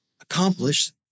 accomplish